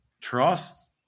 trust